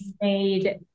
made